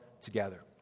together